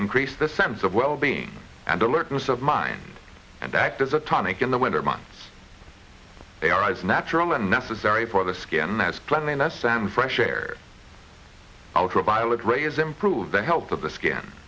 increase the sense of wellbeing and alertness of mind and act as a tonic in the winter months they are as natural and necessary for the skin as cleanliness sam fresh air outer violet rays improve the health of the skin